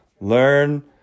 learn